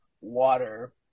water